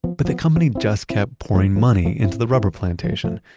but the company just kept pouring money into the rubber plantation.